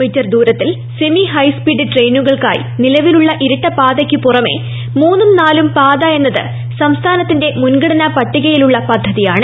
me ദൂരത്തിൽ സെമീ high speed ട്രെയിനു കൾക്കായി നിലവിലുള്ള ഇരട്ട പാതയ്ക്കു പുറമെ മൂന്നും നാലും പാത എന്നത് സംസ്ഥാനത്തിന്റെ മുൻഗണനാ പട്ടികയിലുള്ള പദ്ധതിയാണ്